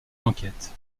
l’enquête